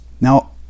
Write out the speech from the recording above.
Now